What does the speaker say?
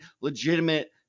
legitimate